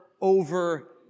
over